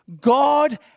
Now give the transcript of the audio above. God